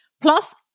plus